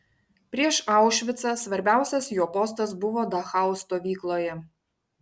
prieš aušvicą svarbiausias jo postas buvo dachau stovykloje